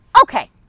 okay